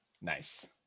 Nice